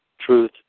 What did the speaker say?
truth